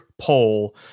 poll